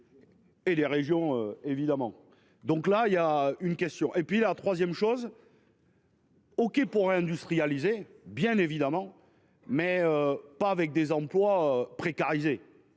Et les régions évidemment. Donc là il y a une question et puis la 3ème chose. OK pour réindustrialiser, bien évidemment, mais pas avec des emplois précarisés.